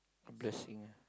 interesting